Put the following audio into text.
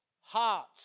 heart